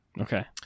Okay